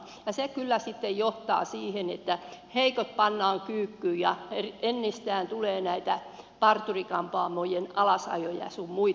se kyllä sitten johtaa siihen että heikot pannaan kyykkyyn ja entistä enemmän tulee näitä parturikampaamojen alasajoja sun muita